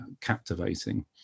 captivating